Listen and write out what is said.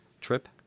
trip